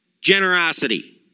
generosity